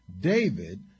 David